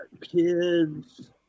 kids